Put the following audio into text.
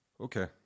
Okay